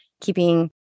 keeping